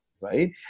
right